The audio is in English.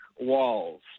walls